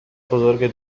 بزرگ